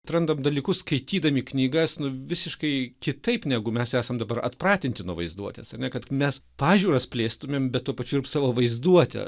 atrandam dalykus skaitydami knygas nu visiškai kitaip negu mes esam dabar atpratinti nuo vaizduotės ar ne kad mes pažiūras plėstumėm bet tuo pačiu ir savo vaizduotę